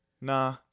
Nah